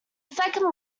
second